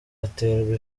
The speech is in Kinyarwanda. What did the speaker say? aterwa